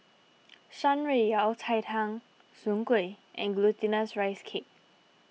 Shan Rui Yao Cai Tang Soon Kway and Glutinous Rice Cake